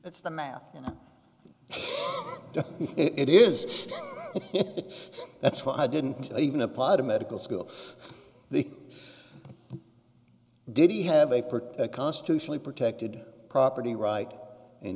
it's the math and it is that's why i didn't even apply to medical school they did he have a part constitutionally protected property right